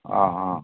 आं आं